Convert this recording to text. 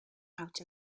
out